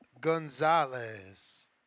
Gonzalez